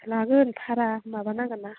लागोन भारा माबानांगोन ना